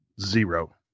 zero